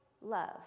love